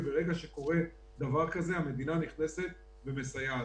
וברגע שקורה דבר כזה המדינה נכנסת ומסייעת.